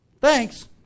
Thanks